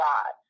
God